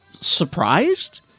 surprised